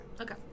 Okay